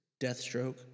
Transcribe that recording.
Deathstroke